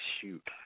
shoot